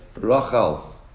Rachel